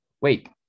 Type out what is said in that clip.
wait